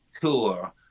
tour